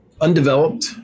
undeveloped